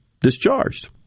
discharged